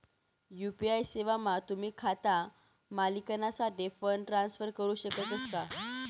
UPI सेवामा तुम्ही खाता मालिकनासाठे फंड ट्रान्सफर करू शकतस का